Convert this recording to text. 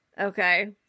Okay